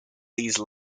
these